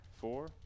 four